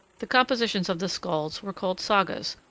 the compositions of the skalds were called sagas,